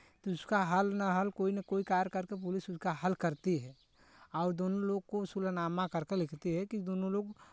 तो जिसका हल ना हल कोई ना कोई कार्य करके पुलिस उसका हल करती है और दोनों लोग को सुलहनामा कर कर लिखती है कि दोनों लोग